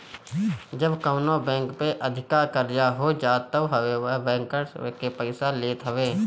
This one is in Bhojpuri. जब कवनो बैंक पे अधिका कर्जा हो जात हवे तब उ बैंकर्स बैंक से पईसा लेत हवे